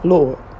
Lord